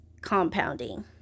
compounding